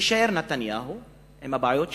יישאר נתניהו עם הבעיות שלו.